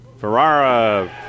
Ferrara